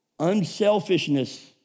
unselfishness